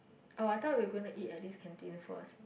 oh I thought we gonna eat at this canteen first